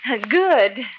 good